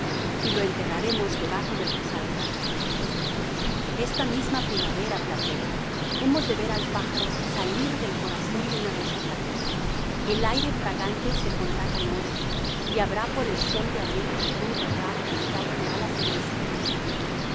y lo enterraremos debajo del rosal grande esta misma primavera platero hemos de ver al pájaro salir del corazón de una rosa blanca el aire fragante se pondrá canoro y habrá por el sol de abril un errar encantado de alas invisibles